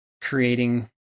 creating